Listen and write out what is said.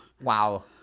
Wow